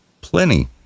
Plenty